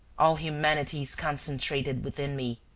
all humanity is concentrated within me.